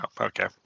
okay